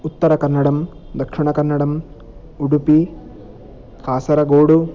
उत्तरकन्नडं दक्षिणकन्नडम् उडुपि कासरगोडु